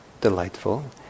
delightful